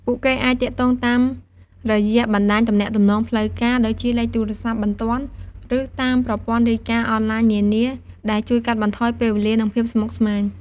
ពួកគេអាចទាក់ទងតាមរយបណ្តាញទំនាក់ទំនងផ្លូវការ ដូចជាលេខទូរស័ព្ទបន្ទាន់ ឬតាមប្រព័ន្ធរាយការណ៍អនឡាញនានា ដែលជួយកាត់បន្ថយពេលវេលា និងភាពស្មុគស្មាញ។